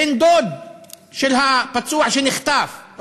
בן-דוד של הפצוע שנחטף,